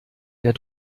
der